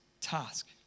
task